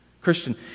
Christian